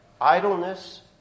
Idleness